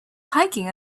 hiking